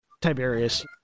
Tiberius